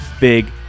big